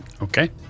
Okay